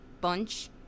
bunch